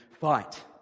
fight